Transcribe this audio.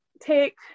take